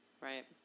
Right